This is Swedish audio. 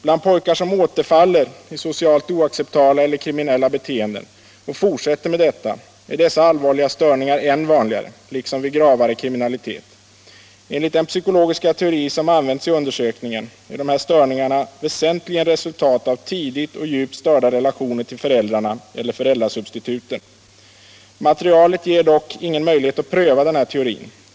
Bland pojkar som återfaller i socialt oacceptabla eller kriminella beteenden och fortsätter med det är dessa allvarliga störningar än vanligare, liksom vid gravare kriminalitet. Enligt den psykologiska teori som använts i undersökningen är dessa störningar väsentligen resultat av tidigt och djupt störda relationer till föräldrarna eller föräldrasubstituten. Materialet ger dock ingen möjlighet att pröva denna teori.